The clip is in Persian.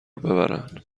ببرن